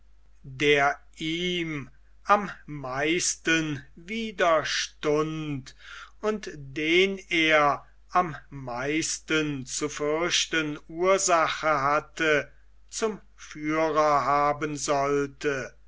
der ihm am meisten widerstund und den er am meisten zu fürchten ursache hatte zum führer haben sollte